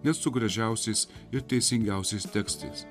nesu gražiausias ir teisingiausias tekstas